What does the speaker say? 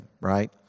right